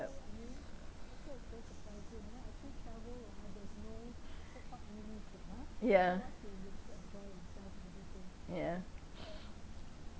yeah yeah